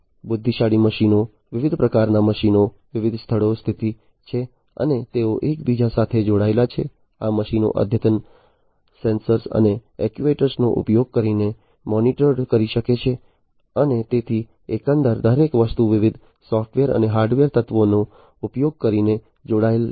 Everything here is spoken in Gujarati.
બુદ્ધિશાળી મશીનો વિવિધ પ્રકારના મશીનો વિવિધ સ્થળોએ સ્થિત છે અને તેઓ એકબીજા સાથે જોડાયેલા છે આ મશીનોને અદ્યતન સેન્સર્સ અને એક્ટ્યુએટરનો ઉપયોગ કરીને મોનિટર કરી શકાય છે અને તેથી એકંદરે દરેક વસ્તુ વિવિધ સોફ્ટવેર અને હાર્ડવેર તત્વોનો ઉપયોગ કરીને જોડાયેલ છે